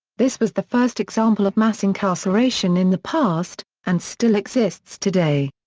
this was the first example of mass incarceration in the past, and still exists today.